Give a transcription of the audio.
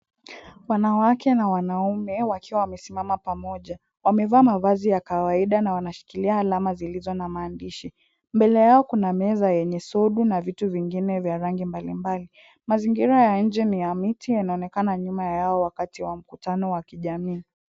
Wanawake na wanaume, wakiwa wamesimama pamoja. Wamevaa mavazi ya kawaida na wanashikilia alama zilizo na maandishi. Mbele yao kuna meza yenye sodu na vitu vingine vya rangi mbalimbali. Mazingira ya nje ni ya miti yanaonekana nyuma yao wakati wa mkutano wa kijamii.